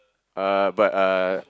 uh but uh